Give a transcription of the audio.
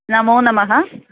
नमोनमः